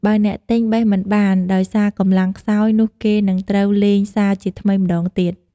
បើអ្នកទិញបេះមិនបាន ដោយសារកម្លាំងខ្សោយ នោះគេនឹងត្រូវលេងសាជាថ្មីម្តងទៀត ។